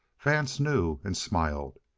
vance knew, and smiled.